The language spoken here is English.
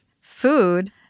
food